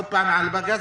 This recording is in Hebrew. עוד פעם בג"צ,